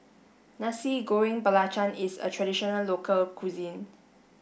Nasi Goreng Belacan is a traditional local cuisine